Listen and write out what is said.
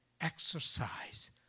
exercise